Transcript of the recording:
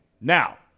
Now